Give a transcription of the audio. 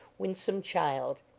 winsome child.